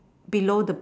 below the